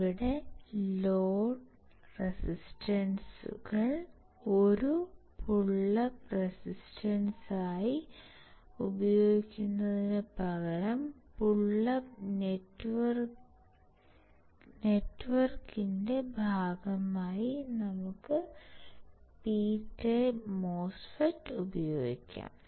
ഇവിടെ ലോഡ് റെസിസ്റ്ററുകൾ ഒരു പുൾ അപ്പ് റെസിസ്റ്ററായി ഉപയോഗിക്കുന്നതിനുപകരം പുൾ അപ്പ് നെറ്റ്വർക്കിന്റെ ഭാഗമായി നമുക്ക് പി ടൈപ്പ് മോസ്ഫെറ്റ് ഉപയോഗിക്കാം